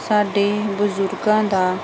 ਸਾਡੇ ਬਜੁਰਗਾਂ ਦਾ